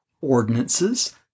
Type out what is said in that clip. ordinances